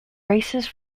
races